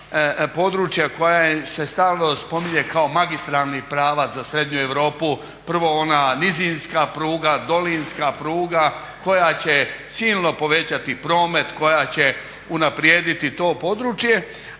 koje se stalno spominje kao magistralni pravac za Srednju Europu, prvo ona nizinska pruga, dolinska pruga koja će silno povećati promet, koja će unaprijediti to područje,